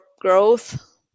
growth